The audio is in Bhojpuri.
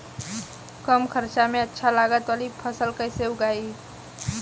कम खर्चा में अच्छा लागत वाली फसल कैसे उगाई?